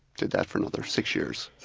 did that for another six years.